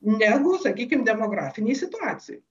negu sakykim demografinėj situacijoj